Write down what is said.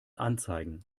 anzeigen